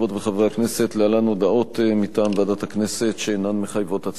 הצעת החוק תעבור לוועדת הכנסת להכנה לקריאה שנייה ושלישית.